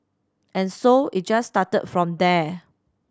and so it just started from there